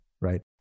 right